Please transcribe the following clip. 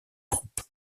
groupe